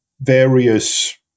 various